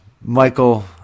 michael